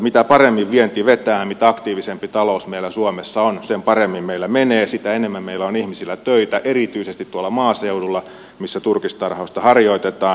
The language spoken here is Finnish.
mitä paremmin vienti vetää mitä aktiivisempi talous meillä suomessa on sen paremmin meillä menee sitä enemmän meillä on ihmisillä töitä erityisesti maaseudulla missä turkistarhausta harjoitetaan